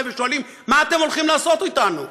ושואלים: מה אתם הולכים לעשות אתנו?